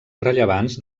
rellevants